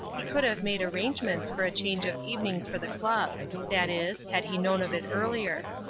he could have made arrangements for a change of evening for the club that is, had he known of it earlier.